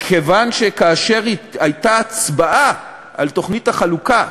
כיוון שכאשר הייתה הצבעה על תוכנית החלוקה,